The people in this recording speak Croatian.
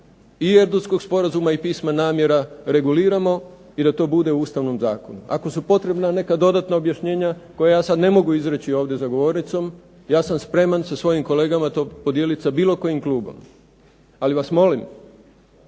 i Erdutskog sporazuma i pisma namjera reguliramo i da to bude u ustavnom zakonu. Ako su potrebna neka dodatna objašnjenja koja ja sad ne mogu izreći ovdje za govornicom, ja sam spreman sa svojim kolegama to podijelit sa bilo kojim klubom. Ali vas molim